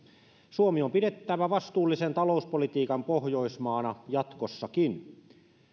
suomi on pidettävä vastuullisen talouspolitiikan pohjoismaana jatkossakin